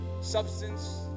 substance